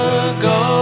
ago